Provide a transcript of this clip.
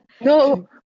No